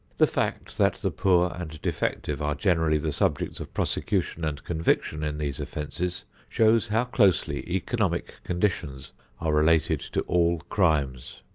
the fact that the poor and defective are generally the subjects of prosecution and conviction in these offences shows how closely economic conditions are related to all crimes.